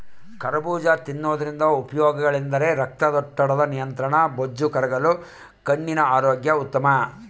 ಕರಬೂಜ ತಿನ್ನೋದ್ರಿಂದ ಉಪಯೋಗಗಳೆಂದರೆ ರಕ್ತದೊತ್ತಡದ ನಿಯಂತ್ರಣ, ಬೊಜ್ಜು ಕರಗಲು, ಕಣ್ಣಿನ ಆರೋಗ್ಯಕ್ಕೆ ಉತ್ತಮ